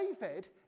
David